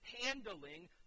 handling